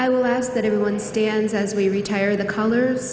i will as that everyone stands as we retire the color